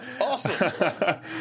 Awesome